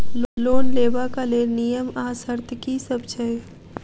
Loan लेबऽ कऽ लेल नियम आ शर्त की सब छई?